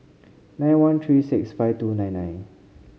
nine one three six five two nine nine